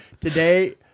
Today